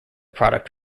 product